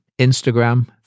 Instagram